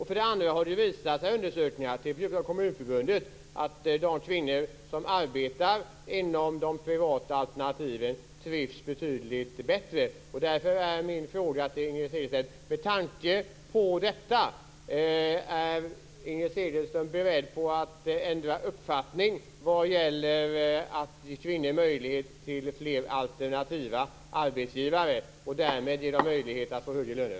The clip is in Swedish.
För det andra har det visat sig i undersökningar av Kommunförbundet att de kvinnor som arbetar inom de privata alternativen trivs betydligt bättre. Därför är min fråga till Inger Segelstedt: Är Inger Segelström, med tanke på detta, beredd att ändra uppfattning och ge kvinnor möjlighet att välja mellan fler alternativa arbetsgivare och därmed ge dem möjlighet att få högre löner?